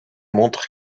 montrent